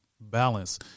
balance